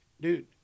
dude